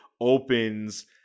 opens –